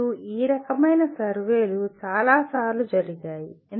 మరియు ఈ రకమైన సర్వేలు చాలా సార్లు జరిగాయి